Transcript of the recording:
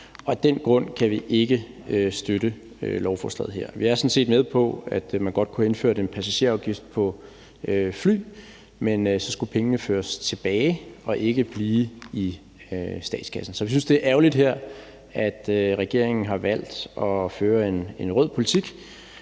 og af den grund kan vi ikke støtte lovforslaget her. Jeg er sådan set med på, at man godt kunne have indført en passagerafgift på fly, men så skulle pengene føres tilbage og ikke blive i statskassen. Så vi synes, det er ærgerligt, at regeringen her har valgt at føre en rød politik,